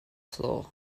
floor